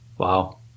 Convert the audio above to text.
Wow